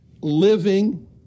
living